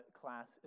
class